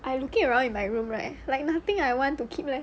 I looking around in my room right like nothing I want to keep leh